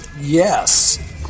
Yes